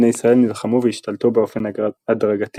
בני ישראל נלחמו והשתלטו באופן הדרגתי